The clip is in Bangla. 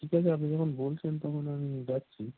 ঠিক আছে আপনি যখন বলছেন তখন আমি যাচ্ছি